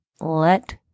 Let